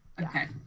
Okay